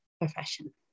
profession